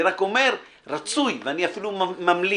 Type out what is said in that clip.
אני רק אומר: רצוי, ואני אפילו ממליץ,